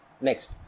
Next